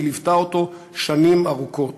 והיא ליוותה אותו שנים ארוכות.